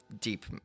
deep